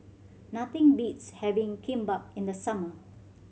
nothing beats having Kimbap in the summer